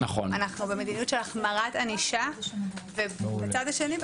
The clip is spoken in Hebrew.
במדיניות של החמרת ענישה; ובצד השני,